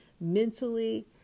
mentally